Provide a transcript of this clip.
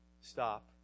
stop